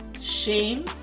shame